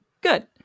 good